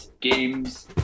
games